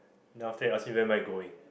then after that he ask me where am I going